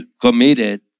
committed